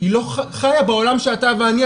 היא לא חיה בעולם שאתה ואני,